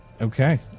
Okay